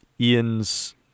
Ian's